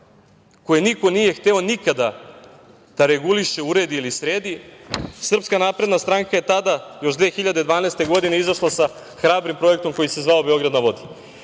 koje niko nije hteo nikada da reguliše, uredi ili sredi. Srpska napredna stranka je tada, još 2012. godine izašla sa hrabrim Projektom „Beograd na vodi“